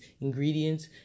ingredients